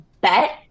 bet